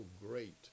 great